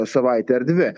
savaitę ar dvi